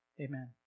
Amen